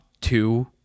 two